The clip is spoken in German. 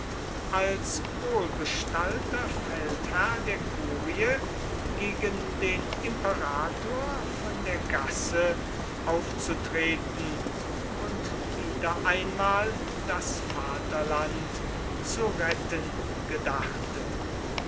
als wohlbestallter feldherr der kurie gegen den imperator von der gasse aufzutreten und wieder einmal das vaterland zu retten gedachte